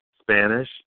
Spanish